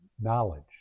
knowledge